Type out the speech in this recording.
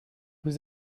vous